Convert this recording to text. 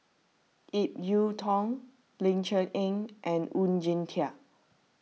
Ip Yiu Tung Ling Cher Eng and Oon Jin Teik